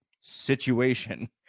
situation